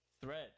thread